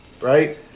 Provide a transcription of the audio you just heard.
Right